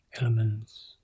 elements